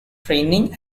training